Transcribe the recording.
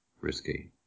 risky